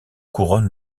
couronne